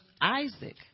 Isaac